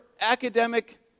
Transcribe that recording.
academic